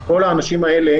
כל האנשים האלה,